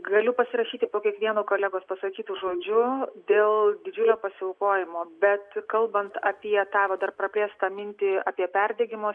galiu pasirašyti po kiekvienu kolegos pasakytu žodžiu dėl didžiulio pasiaukojimo bet kalbant apie tą vat dar praplėsiu tą mintį apie perdegimo